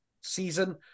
season